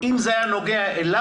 אם זה היה נוגע אליו,